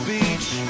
Beach